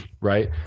right